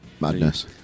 Madness